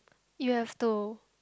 you have to